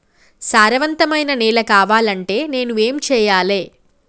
సారవంతమైన నేల కావాలంటే నేను ఏం చెయ్యాలే?